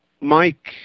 Mike